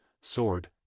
Sword